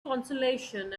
consolation